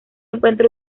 encuentra